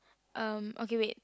um okay wait